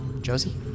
Josie